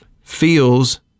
feels